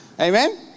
Amen